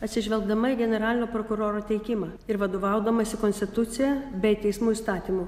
atsižvelgdama į generalinio prokuroro teikimą ir vadovaudamasi konstitucija bei teismų įstatymu